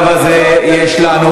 הוא לא רוצה לעבוד.